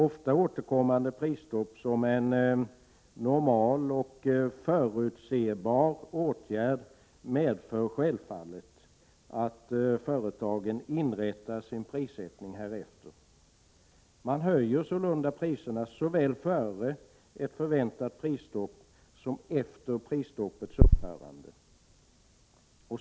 Ofta återkommande prisstopp som en normal och förutsebar åtgärd medför självfallet att företagen inrättar sin prissättning härefter. Man höjer sålunda priserna såväl före ett förväntat prisstopp som efter prisstoppets upphörande.